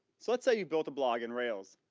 so lets say you build a blog in rails,